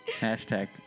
Hashtag